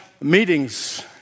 meetings